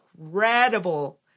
incredible